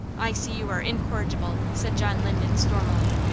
i see you are incorrigible, said john linden, stormily.